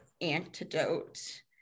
antidote